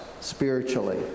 spiritually